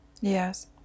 Yes